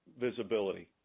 visibility